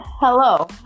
Hello